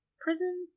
Prison